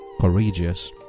courageous